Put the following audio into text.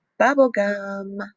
bubblegum